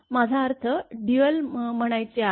माझा अर्थ ड्यूयल म्हणायचे आहे